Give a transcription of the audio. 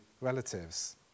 relatives